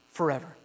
forever